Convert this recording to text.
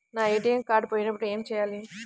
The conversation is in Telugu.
నా ఏ.టీ.ఎం కార్డ్ పోయినప్పుడు ఏమి చేయాలి?